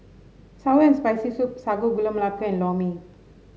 sour and Spicy Soup Sago Gula Melaka and Lor Mee